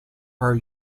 are